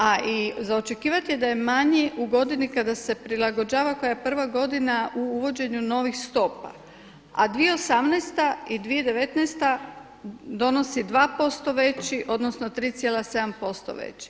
A i za očekivati je da je manji u godini kada se prilagođava koja je prva godina u uvođenju novih stopa, a 2018. i 2019. donosi 2% veći odnosno 3,7% veći.